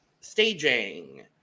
staging